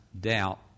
doubt